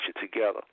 together